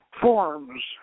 Forms